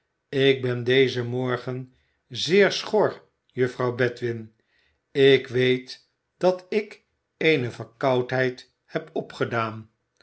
ik ben dezen morgen zeer schor juffrouw bedwin ik weet dat ik eene verkoudheid heb opgedaan